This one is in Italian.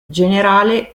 generale